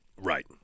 Right